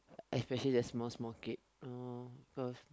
especially the small small kids orh because